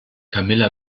camilla